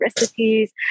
recipes